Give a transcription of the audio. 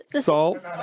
salt